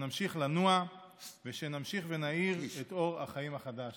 שנמשיך לנוע ושנמשיך ונאיר את אור החיים החדש.